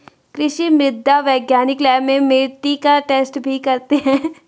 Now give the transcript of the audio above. कृषि मृदा वैज्ञानिक लैब में मिट्टी का टैस्ट भी करते हैं